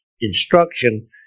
instruction